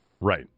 Right